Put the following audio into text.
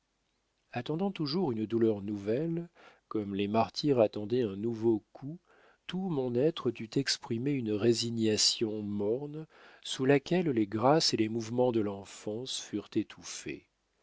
attendant toujours une douleur nouvelle comme les martyrs attendaient un nouveau coup tout mon être dut exprimer une résignation morne sous laquelle les grâces et les mouvements de l'enfance furent étouffés